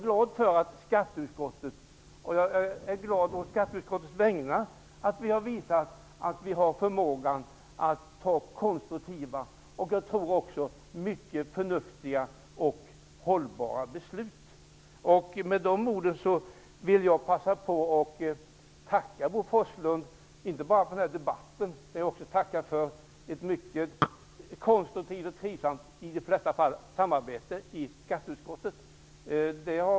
Jag är glad å skatteutskottets vägnar att vi har visat att vi har förmågan att fatta konstruktiva, förnuftiga och hållbara beslut. Med dessa ord vill jag passa på att tacka Bo Forslund inte bara för den här debatten utan också för ett mycket -- i de flesta fall -- konstruktivt och trivsamt samarbete i skatteutskottet.